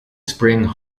spring